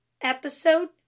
Episode